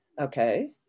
Okay